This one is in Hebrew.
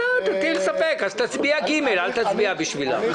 אתה תטיל ספק, אז תצביע "ג", אל תצביע בשבילם...